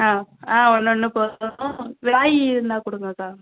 ஆ ஆ ஒன்று ஒன்று போதும் காய் இருந்தால் கொடுங்கக்கா